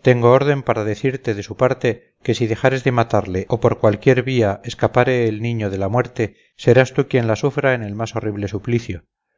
tengo orden para decirte de su parte que si dejares de matarle o por cualquiera vía escapare el niño de la muerte serás tú quien la sufra en el más horrible suplicio